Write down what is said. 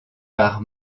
par